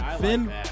Finn